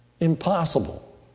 Impossible